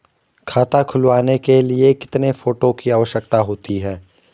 खाता खुलवाने के लिए कितने फोटो की आवश्यकता होती है?